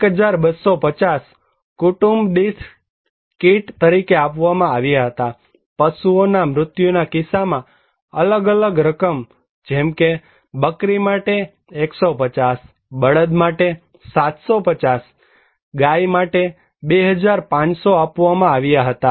1250 કુટુંબ દીઠ કીટ તરીકે આપવામાં આવ્યા હતા અને પશુઓના મૃત્યુના કિસ્સામાં અલગ અલગ રકમ જેમકે બકરી માટે 150 બળદ માટે 750 રૂપિયા ગાયને માટે 2500 આપવામાં આવ્યા હતા